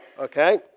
Okay